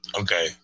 okay